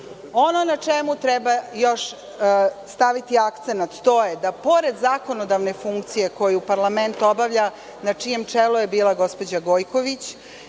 na šta treba još staviti akcenat, to je da pored zakonodavne funkcije koju parlament obavlja, na čijem čelu je bila gospođa Gojković,